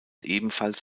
ebenfalls